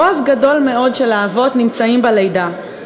רוב גדול מאוד של האבות נמצאים בלידה,